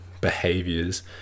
behaviors